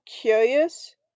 curious